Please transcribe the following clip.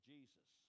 Jesus